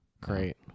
Great